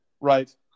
right